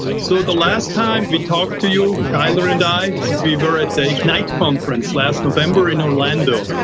so the last time we talked to you, tyler and i, we were at the ignite conference last november in orlando,